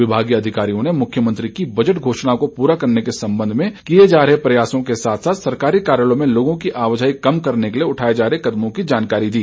विभागीय अधिकारियों ने मुख्यमंत्री की बजट घोषणा को पूरा करने के संबंध में किए जा रहे प्रयासों के साथ साथ सरकारी कार्यालयों में लोगों की आवाजाही कम करने के लिए उठाए जा रहे कदमों की जानकारी दी